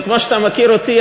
וכמו שאתה מכיר אותי,